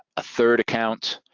a third account,